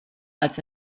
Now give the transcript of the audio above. als